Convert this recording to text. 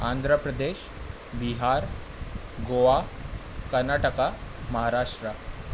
Andhra Pradesh Bihar Goa Karnataka Maharashtra